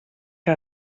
que